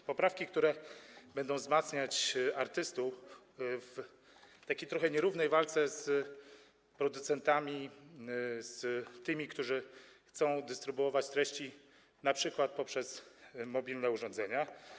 To poprawki, które będą wzmacniać pozycję artystów w trochę nierównej walce z producentami, z tymi, którzy chcą dystrybuować treści np. poprzez mobilne urządzenia.